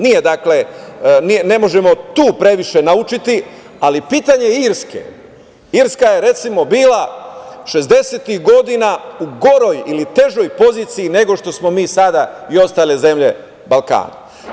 Ne možemo tu previše naučiti, ali pitanje Irske, Irska je recimo bila šezdesetih godina u goroj ili težoj poziciji nego što smo mi sada i ostale zemlje Balkana.